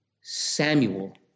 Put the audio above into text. Samuel